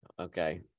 okay